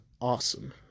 Awesome